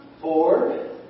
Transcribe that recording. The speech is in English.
Four